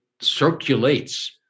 circulates